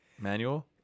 Manual